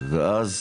ואז